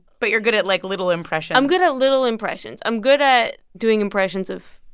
but you're good at, like, little impressions i'm good at little impressions. i'm good at doing impressions of,